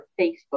Facebook